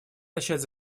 начать